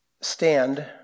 stand